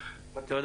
תודה